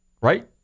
right